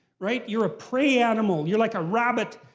right? you're a prey animal. you're like a rabbit.